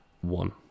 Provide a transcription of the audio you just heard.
one